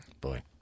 Boy